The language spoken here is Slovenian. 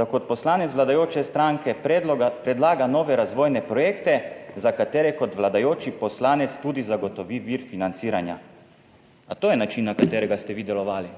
da kot poslanec vladajoče stranke predloga predlaga nove razvojne projekte, za katere kot vladajoči poslanec tudi zagotovi vir financiranja." A to je način na katerega ste vi delovali?